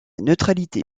neutralité